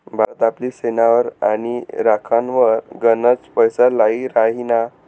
भारत आपली सेनावर आणि राखनवर गनच पैसा लाई राहिना